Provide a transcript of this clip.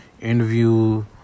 interview